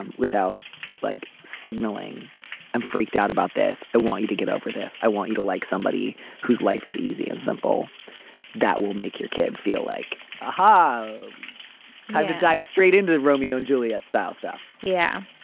and without like signaling i'm freaked out about this. i want you to get over this. i want you to like somebody whose life is easy and simple that will make your kid feel like a high type of dive straight into romeo and juliet style stuff yeah.